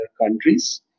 countries